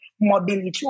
mobility